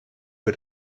für